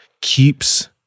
keeps